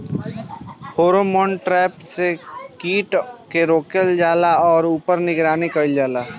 Pheromone trap से कीट के रोकल जाला और ऊपर निगरानी कइल जाला?